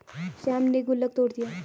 श्याम ने गुल्लक तोड़ दिया